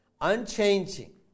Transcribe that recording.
Unchanging